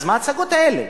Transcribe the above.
אז מה ההצגות האלה?